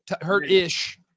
Hurt-ish